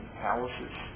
palaces